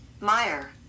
Meyer